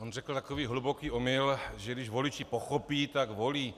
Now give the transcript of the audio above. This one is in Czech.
On řekl takový hluboký omyl, že když voliči pochopí, tak volí.